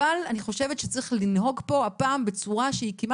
אבל אני חושבת שצריך לטפל במקרים בפינצטה,